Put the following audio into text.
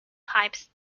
pipes